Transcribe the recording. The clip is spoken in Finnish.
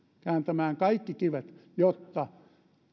kääntämään kaikki kivet jotta